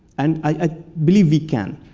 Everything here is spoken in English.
and i believe we can.